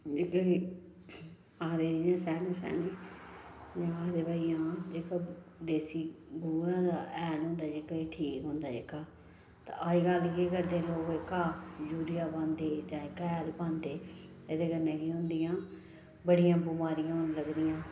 आखदे जियां सैन सैन जां आखदे भाई जां जेह्का देसी गोहे दा हैल होंदा जेह्ड़ा जेह्का एह् ठीक होंदा जेह्का ते अज्जकल केह् करदे लोक जेह्का यूरिया पांदे जां एह्का हैल पांदे एह्दे कन्नै केह् होंदियां बड़ियां बमारियां लगदियां